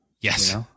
Yes